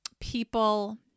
people